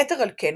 יתר על כן,